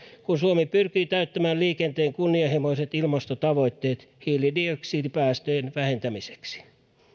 kun suomi pyrkii täyttämään liikenteen kunnianhimoiset ilmastotavoitteet hiilidioksidipäästöjen vähentämiseksi